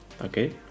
okay